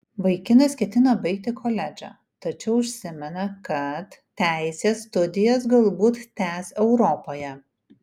vaikinas ketina baigti koledžą tačiau užsimena kad teisės studijas galbūt tęs europoje